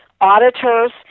auditors